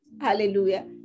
Hallelujah